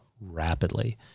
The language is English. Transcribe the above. rapidly